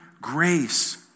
grace